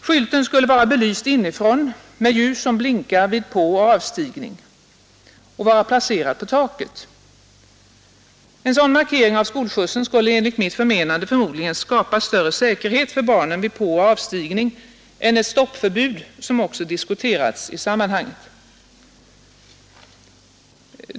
Skylten skulle vara belyst inifrån med ljus som blinkar vid påoch avstigning och vara placerad på taket. En sådan markering av skolskjutsen skulle enligt mitt förmenande förmodligen skapa större säkerhet för barnen vid påoch avstigning än ett stoppförbud, som också diskuterats i sammanhanget.